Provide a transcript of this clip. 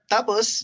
Tapos